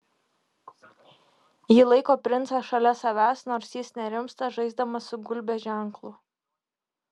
ji laiko princą šalia savęs nors jis nerimsta žaisdamas su gulbės ženklu